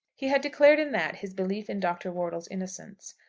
he had declared in that his belief in dr. wortle's innocence.